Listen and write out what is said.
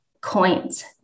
coins